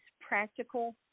practical